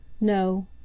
No